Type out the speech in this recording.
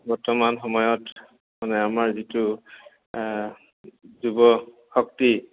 বৰ্তমান সময়ত মানে আমাৰ যিটো যুৱশক্তি